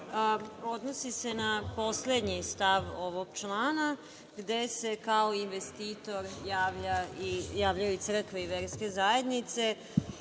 se na poslednji stav ovog člana gde se investitor javljaju i crkve i verske zajednice.